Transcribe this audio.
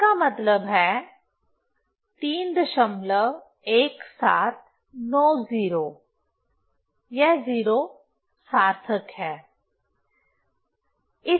इसका मतलब है 31790 यह 0 सार्थक है